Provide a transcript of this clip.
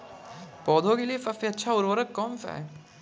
पौधों के लिए सबसे अच्छा उर्वरक कौनसा हैं?